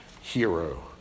hero